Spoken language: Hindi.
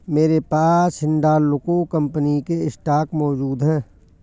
मेरे पास हिंडालको कंपनी के स्टॉक मौजूद है